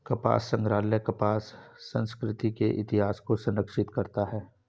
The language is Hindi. कपास संग्रहालय कपास संस्कृति के इतिहास को संरक्षित करता है